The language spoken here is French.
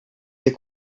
des